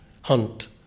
Hunt